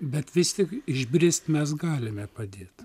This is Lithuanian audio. bet vis tik išbrist mes galime padėt